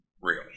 real